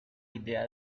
idea